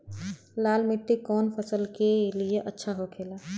लाल मिट्टी कौन फसल के लिए अच्छा होखे ला?